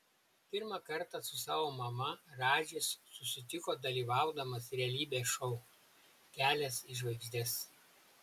pirmą kartą su savo mama radžis susitiko dalyvaudamas realybės šou kelias į žvaigždes